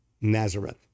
Nazareth